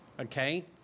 Okay